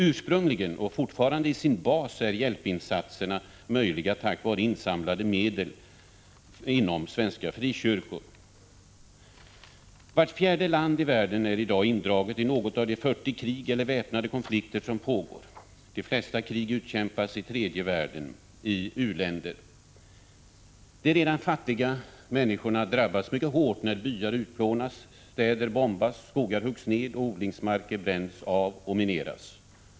Ursprungligen och fortfarande i sin bas är hjälpinsatserna möjliga tack vare insamlade medel inom svenska frikyrkor. Vart fjärde land i världen är i dag indraget i något av de 40 krig eller väpnade konflikter som pågår. De flesta krig utkämpas i tredje världen — i u-länder. De redan fattiga människorna drabbas mycket hårt när byar utplånas, städer bombas, skogar huggs ned och odlingsmarker bränns av och mineras.